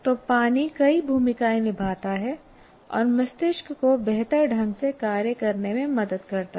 तो पानी कई भूमिकाएँ निभाता है और मस्तिष्क को बेहतर ढंग से कार्य करने में मदद करता है